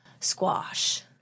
squash